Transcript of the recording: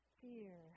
fear